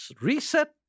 reset